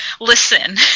listen